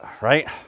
right